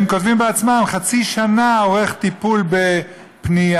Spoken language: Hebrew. הם כותבים בעצמם, חצי שנה אורך טיפול בפנייה.